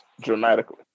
dramatically